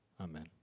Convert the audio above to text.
Amen